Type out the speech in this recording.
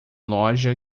loja